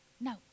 no